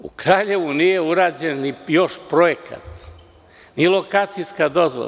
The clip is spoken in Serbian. U Kraljevu nije urađen još ni projekat, ni lokacijska dozvola.